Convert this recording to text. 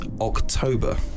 October